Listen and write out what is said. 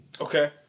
Okay